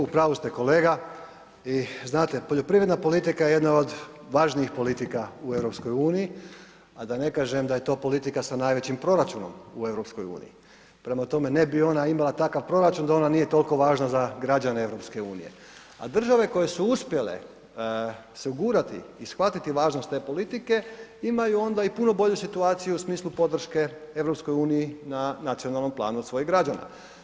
U pravu ste kolega i znate, poljoprivredna politika jedna je od važnijih politika u EU-i, a da ne kažem da je to politika sa najvećim proračunom u EU, prema tome ne bi ona imala takav proračun da ona nije toliko važna za građane EU, a države koje su uspjele se ugurati i shvatiti važnost te politike imaju onda i puno bolju situaciju u smislu podrške EU-i na nacionalnom planu od svojih građana.